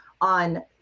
on